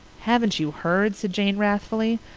haven't you heard? said jane wrathfully.